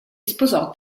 sposò